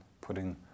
putting